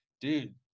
dude